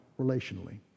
relationally